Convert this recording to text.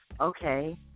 Okay